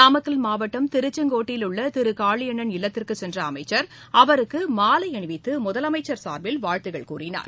நாமக்கல் மாவட்டம் திருச்செங்கோட்டில் உள்ள திரு காளியண்ணன் இல்லத்திற்கு சென்ற அமைச்சர் அவருக்கு மாலை அணிவித்து முதலமைச்சர் சார்பில் வாழ்த்துக்கள் கூறினார்